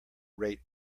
rate